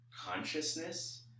consciousness